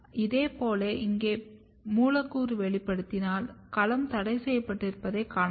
இதேபோல் இங்கே மூலக்கூறை வெளிப்படுத்தினால் களம் தடைசெய்யப்பட்டிருப்பதைக் காணலாம்